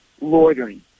loitering